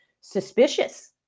suspicious